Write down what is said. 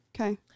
Okay